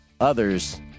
others